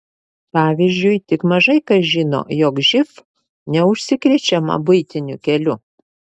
pavyzdžiui tik mažai kas žino jog živ neužsikrečiama buitiniu keliu